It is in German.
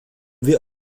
wir